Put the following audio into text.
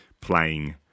playing